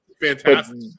Fantastic